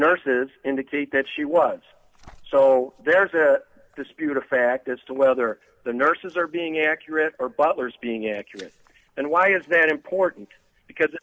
nurses indicate that she was so there's a dispute a fact as to whether the nurses are being accurate or butlers being accurate and why is that important because